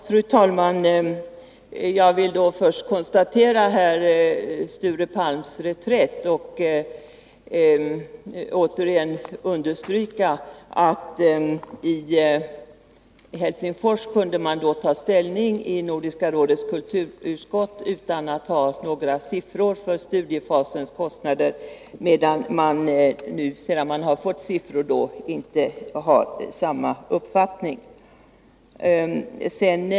Fru talman! Låt mig först konstatera att Sture Palm gör reträtt. Jag vill återigen understryka att socialdemokraterna i Helsingfors kunde ta ställning och redovisa en uppfattning i Nordiska rådets kulturutskott utan att ha några siffror för studiefasens kostnader, medan man nu, sedan siffror har redovisats, inte har samma uppfattning.